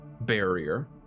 barrier